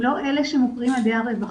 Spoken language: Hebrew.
הם לא אלה שמוכרים על ידי הרווחה.